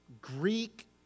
Greek